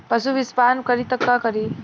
पशु विषपान करी त का करी?